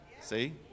see